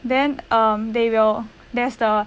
then um they will there's the